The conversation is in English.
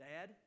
Dad